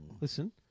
listen